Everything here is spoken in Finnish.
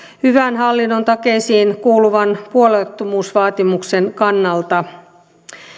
hyvän hallinnon takeisiin kuuluvan puolueettomuusvaatimuksen kannalta